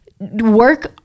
work